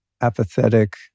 apathetic